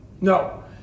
no